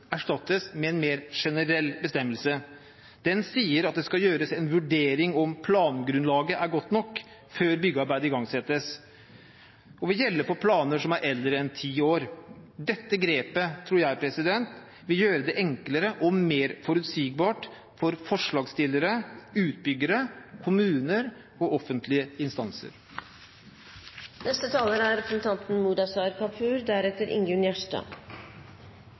erstattes med en mer generell bestemmelse. Den sier at det skal gjøres en vurdering av om plangrunnlaget er godt nok før byggearbeidet igangsettes, og vil gjelde for planer som er eldre enn ti år. Dette grepet tror jeg vil gjøre det enklere og mer forutsigbart for forslagsstillere, utbyggere, kommuner og offentlige instanser. Jeg tror det er